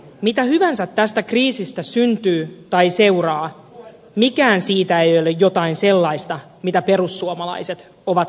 mitä hyvänsä tästä kriisistä syntyy tai seuraa mikään siitä ei ole jotain sellaista mitä perussuomalaiset ovat ajaneet